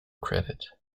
credit